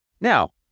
Now